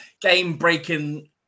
game-breaking